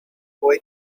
boy